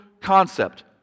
concept